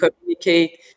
communicate